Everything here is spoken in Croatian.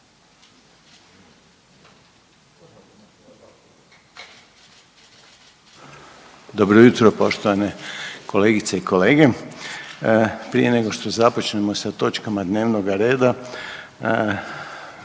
Dobro jutro poštovane kolegice i kolege. Prije nego što započnemo sa točkama dnevnoga reda